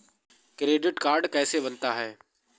Credit card कैसे बनता है?